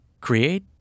create